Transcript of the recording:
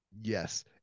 yes